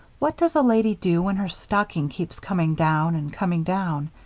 what does a lady do when her stocking keeps coming down and coming down?